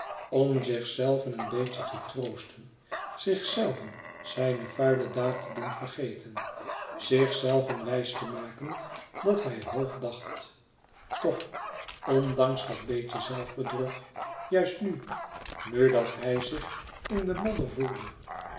om zichzelven een beetje te troosten zichzelven zijne vuile daad te doen vergeten zichzelven wijs te maken dat hij hoog dacht toch ondanks dat beetje zelfbedrog juist nu nu dat hij zich in de modder voelde